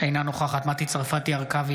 אינה נוכחת מטי צרפתי הרכבי,